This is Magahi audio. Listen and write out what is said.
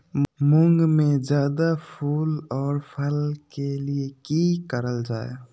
मुंग में जायदा फूल और फल के लिए की करल जाय?